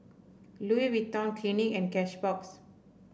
Louis Vuitton Clinique and Cashbox